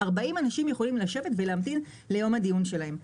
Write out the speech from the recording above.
40 אנשים יכולים לשבת ולהמתין לדיון שלהם.